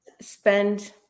spend